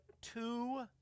two